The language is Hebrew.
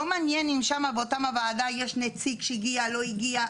לא מעניין אם שם באותה וועדה יש נציג שהגיע או לא הגיע,